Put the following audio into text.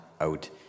out